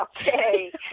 Okay